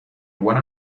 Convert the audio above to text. one